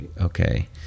Okay